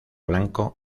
blanco